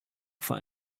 for